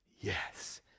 Yes